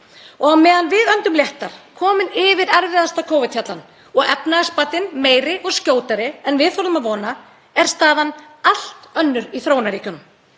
Á meðan við öndum léttar, komin yfir erfiðasta hjallann og efnahagsbatinn meiri og skjótari en við þorðum að vona, er staðan allt önnur í þróunarríkjunum.